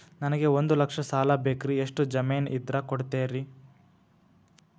ನನಗೆ ಒಂದು ಲಕ್ಷ ಸಾಲ ಬೇಕ್ರಿ ಎಷ್ಟು ಜಮೇನ್ ಇದ್ರ ಕೊಡ್ತೇರಿ?